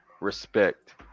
respect